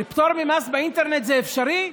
פטור ממס באינטרנט זה אפשרי?